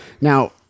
Now